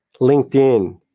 LinkedIn